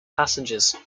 passengers